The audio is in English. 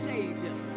Savior